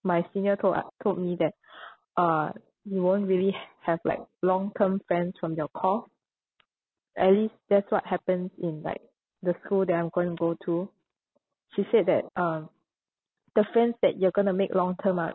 my senior told u~ told me that uh you won't really ha~ have like long term friends from your course at least that's what happens in like the school that I'm going to go to she said that um the friends that you're going to make long term are